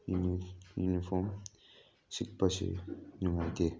uniform ꯁꯦꯠꯄꯁꯦ ꯅꯨꯡꯉꯥꯏꯇꯦ